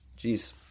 Jeez